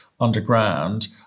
underground